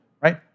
right